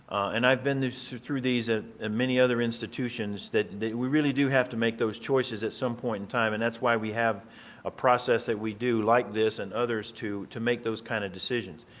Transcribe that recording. and i've been these through these at ah and many other institutions that that we really do have to make those choices at some point in time and that's why we have a process that we do like this and others too to make those kind of decisions.